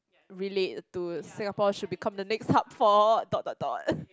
relate to Singapore should become the next hub for dot dot dot